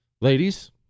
Ladies